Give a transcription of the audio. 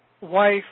wife